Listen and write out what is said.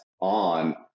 on